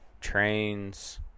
trains